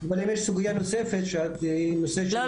אם יש סוגייה נוספת שאת --- לא,